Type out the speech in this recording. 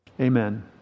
Amen